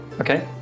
Okay